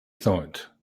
thought